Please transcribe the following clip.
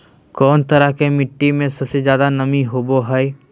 कौन तरह के मिट्टी में सबसे जादे नमी होबो हइ?